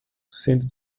sendo